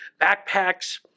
backpacks